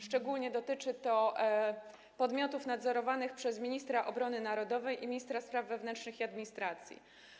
Szczególnie dotyczy to podmiotów nadzorowanych przez ministra obrony narodowej i ministra spraw wewnętrznych i administracji.